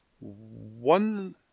one